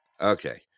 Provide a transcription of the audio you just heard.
Okay